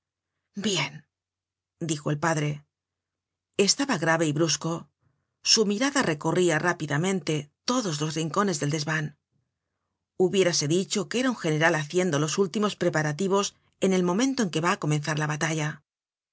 bien dijo el padre estaba grave y brusco su mirada recorria rápidamente todos los rincones del desvan hubiérase dicho que era un general haciendo los últimos preparativos en el momento en que va á comenzar la batalla